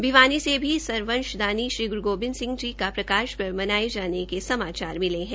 भिवानी से भी सरवंशदानी श्री ग्रू गोबिंद सिंह जी का प्रकाशपर्व मनाये जाने की खबर मिली है